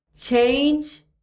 change